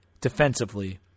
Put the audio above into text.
defensively